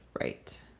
right